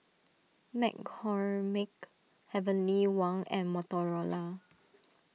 McCormick Heavenly Wang and Motorola